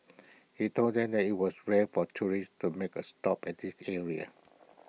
he told them that IT was rare for tourists to make A stop at this area